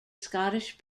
scottish